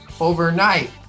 Overnight